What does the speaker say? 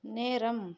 நேரம்